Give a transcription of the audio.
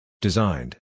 Designed